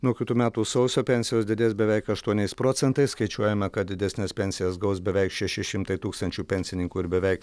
nuo kitų metų sausio pensijos didės beveik aštuoniais procentais skaičiuojama kad didesnes pensijas gaus beveik šeši šimtai tūkstančių pensininkų ir beveik